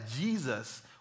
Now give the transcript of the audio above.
Jesus